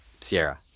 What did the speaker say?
Sierra